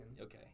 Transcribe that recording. Okay